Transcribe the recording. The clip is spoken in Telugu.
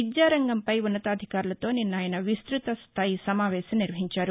విద్యారంగంపై ఉన్నతాధికారులతో నిన్న ఆయన విస్తత స్థాయి సమావేశం నిర్వహించారు